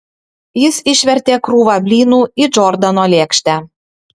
jis išvertė krūvą blynų į džordano lėkštę